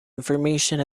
information